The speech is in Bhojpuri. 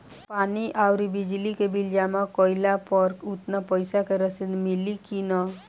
पानी आउरबिजली के बिल जमा कईला पर उतना पईसा के रसिद मिली की न?